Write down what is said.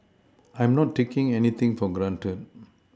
I'm not taking anything for granted